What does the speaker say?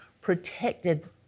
protected